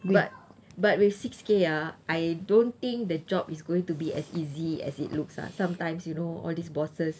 but but with six K ah I don't think the job is going to be as easy as it looks ah sometimes you know all these bosses